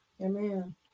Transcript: Amen